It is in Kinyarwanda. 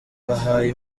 bahaye